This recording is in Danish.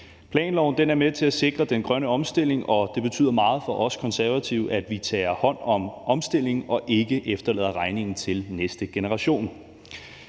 Planloven er med til at sikre den grønne omstilling, og det betyder meget for os Konservative, at vi tager hånd om omstillingen og ikke efterlader regningen til næste generation.